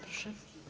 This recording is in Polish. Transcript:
Proszę.